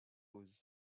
rose